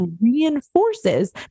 reinforces